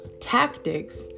tactics